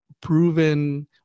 proven